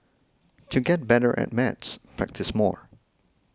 to get better at maths practise more